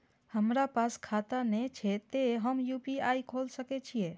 हमरा पास खाता ने छे ते हम यू.पी.आई खोल सके छिए?